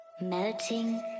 melting